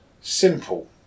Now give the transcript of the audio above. simple